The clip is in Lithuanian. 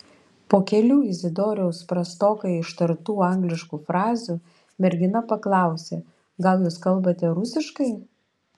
po kelių izidoriaus prastokai ištartų angliškų frazių mergina paklausė gal jūs kalbate rusiškai